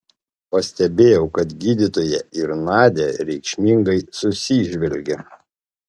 pastebėjau kad gydytoja ir nadia reikšmingai susižvelgė